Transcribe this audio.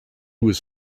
was